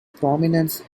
prominence